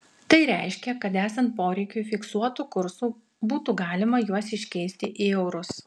tai reiškia kad esant poreikiui fiksuotu kursu būtų galima juos iškeisti į eurus